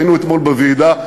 היינו אתמול בוועידה,